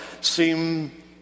seem